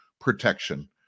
protection